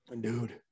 dude